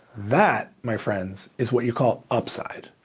that, my friends, is what you call upside.